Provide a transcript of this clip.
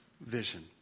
vision